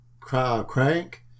crank